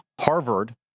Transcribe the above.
Harvard